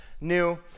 New